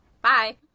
bye